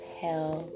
hell